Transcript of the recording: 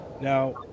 Now